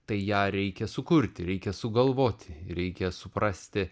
tai ją reikia sukurti reikia sugalvoti ir reikia suprasti